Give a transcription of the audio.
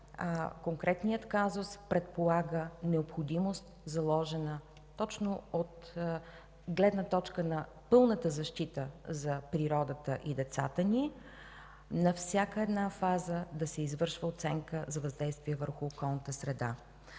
конкретният казус предполага необходимост, заложена точно от гледна точка на пълната защита за природата и децата ни на всяка една фаза да се извършва оценка за въздействие върху околната среда.